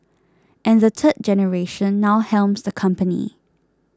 and the third generation now helms the company